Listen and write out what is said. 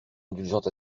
indulgente